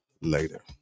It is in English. later